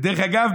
ודרך אגב,